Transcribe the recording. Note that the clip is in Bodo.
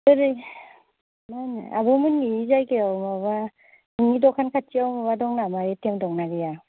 ओरै मा होनो आब'मोननि जायगायाव माबा नोंनि दखान खाथियाव माबा दं नामा ए टि एम दंना गैया